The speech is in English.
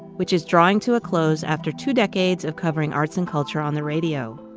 which is drawing to a close after two decades of covering arts and culture on the radio.